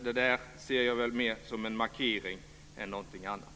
Det ser jag mer som en markering än som någonting annat.